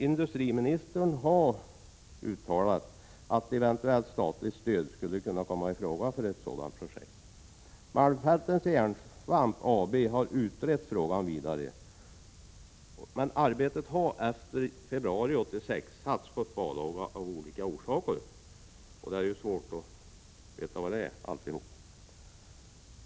Industriministern har uttalat att statligt stöd eventuellt skulle kunna komma i fråga för ett sådant projekt. Malmfältens Järnsvampverk AB har utrett frågan vidare, men arbetet har efter februari 1986 satts på sparlåga — av vilka orsaker är svårt att veta.